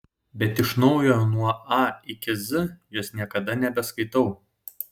bet iš naujo nuo a iki z jos niekada nebeskaitau